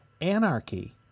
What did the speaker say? Anarchy